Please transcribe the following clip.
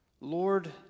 Lord